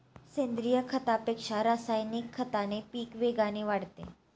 सेंद्रीय खतापेक्षा रासायनिक खताने पीक वेगाने वाढते